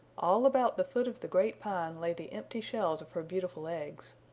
all about the foot of the great pine lay the empty shells of her beautiful eggs.